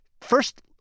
first